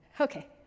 Okay